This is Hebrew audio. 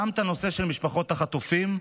גם את הנושא של משפחות החטופים,